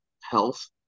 health